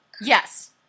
yes